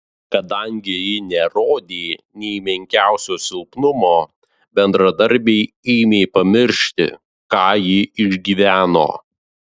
kadangi ji nerodė nė menkiausio silpnumo bendradarbiai ėmė pamiršti ką ji išgyveno